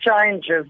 changes